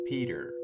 Peter